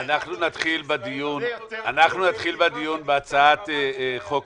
אנחנו נתחיל בדיון בהצעת התיקון לחוק-יסוד: